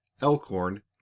Elkhorn